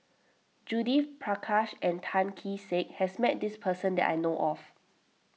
Judith Prakash and Tan Kee Sek has met this person that I know of